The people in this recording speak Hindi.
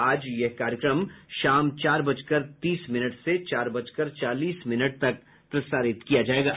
आज यह कार्यक्रम शाम चार बज कर तीस मिनट से चार बजकर चालीस मिनट तक प्रसारित किया जाएगा